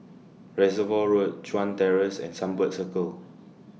Reservoir Road Chuan Terrace and Sunbird Circle